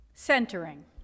Centering